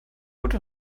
gute